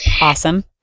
awesome